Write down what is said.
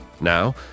Now